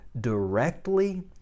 directly